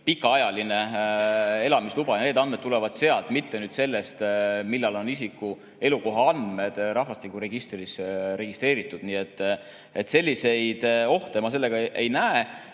pikaajaline elamisluba ja need andmed tulevad sealt, mitte sellest, millal on isiku elukoha andmed rahvastikuregistris registreeritud. Nii et selliseid ohte ma siin ei näe.